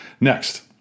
Next